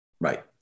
Right